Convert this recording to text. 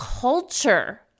culture